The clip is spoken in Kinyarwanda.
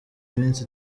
iminsi